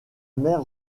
mère